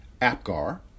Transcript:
Apgar